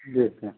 जी sir